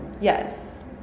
Yes